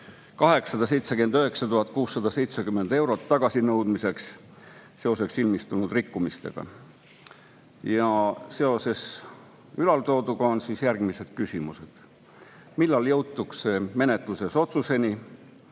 879 670 eurot tagasinõudmiseks seoses ilmsiks tulnud rikkumistega. Seoses ülaltooduga on mul järgmised küsimused. Millal jõutakse menetluses otsuseni?